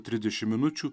trisdešim minučių